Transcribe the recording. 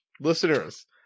Listeners